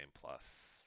Plus